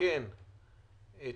לעדכן את